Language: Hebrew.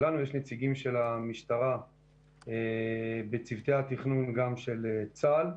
יש נציגים של המשטרה גם בצוותי התכנון של צה"ל.